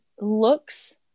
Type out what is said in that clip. looks